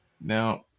Now